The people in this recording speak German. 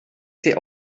sehe